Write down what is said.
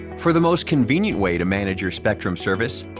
for the most convenient way to manage your spectrum service,